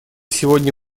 сегодня